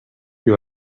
you